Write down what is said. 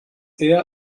eher